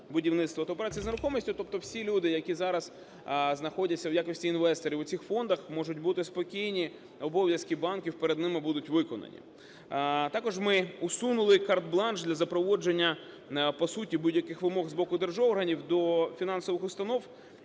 будівництва та операцій з нерухомістю. Тобто всі люди, які зараз знаходяться в якості інвесторів в цих фондах можуть бути спокійні, обов'язки банків перед ними будуть виконані. Також ми усунули картбланш для запровадження, по суті, будь-яких з боку держорганів до фінансових установ.